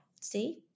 see